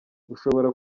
ushobora